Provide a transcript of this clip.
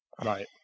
Right